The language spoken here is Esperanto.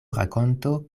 rakonto